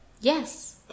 yes